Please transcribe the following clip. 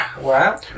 Wow